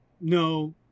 no